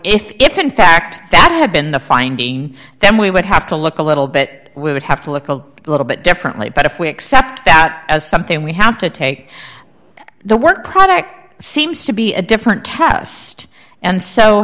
so if in fact that had been the finding then we would have to look a little bit we would have to look a little bit differently but if we accept that as something we have to take the work product seems to be a different tast and so